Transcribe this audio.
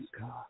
God